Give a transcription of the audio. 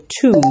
two